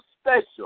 special